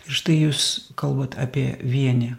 ir štai jūs kalbat apie vienį